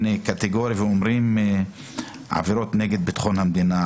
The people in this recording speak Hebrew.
קטיגורי ואומרים עבירות נגד ביטחון המדינה,